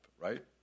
right